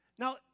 Now